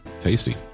Tasty